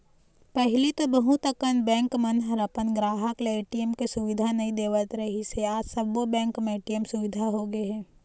पहिली तो बहुत अकन बेंक मन ह अपन गराहक ल ए.टी.एम के सुबिधा नइ देवत रिहिस हे आज सबो बेंक म ए सुबिधा होगे हे